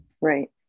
Right